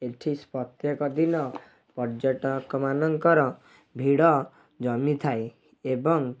ଏଠି ସ ପ୍ରତ୍ୟେକ ଦିନ ପର୍ଯ୍ୟଟକମାନଙ୍କର ଭିଡ଼ ଜମିଥାଏ ଏବଂ